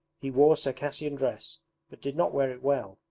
he wore circassian dress but did not wear it well,